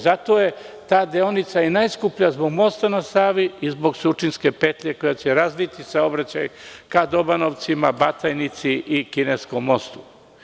Zato je ta deonica i najskuplja zbog Mosta na Savi i zbog Surčinske petlje koja razviti saobraćaj ka Dobanovcima, Batajnici i Kineskom mostu.